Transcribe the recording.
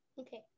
okay